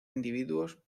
individuos